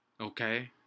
Okay